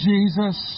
Jesus